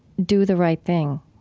do the right thing.